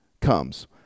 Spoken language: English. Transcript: comes